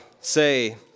say